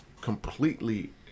completely